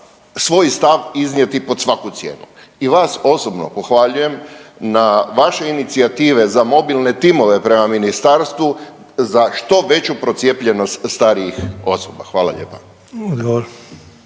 svoj stav iznijeti pod svaku cijenu. I vas osobno pohvaljujem na vaše inicijative za mobilne timove prema ministarstvu za što veću procijepljenost starijih osoba. Hvala lijepa.